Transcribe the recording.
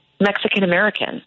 Mexican-American